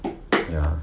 ya